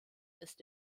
ist